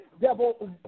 devil